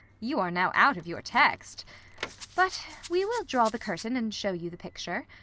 you are now out of your text but we will draw the curtain, and show you the picture.